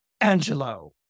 Angelo